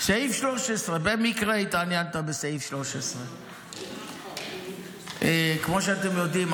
סעיף 13. במקרה התעניינת בסעיף 13. כמו שאתם יודעים,